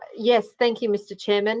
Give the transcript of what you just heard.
yes, thank you, mr chair. and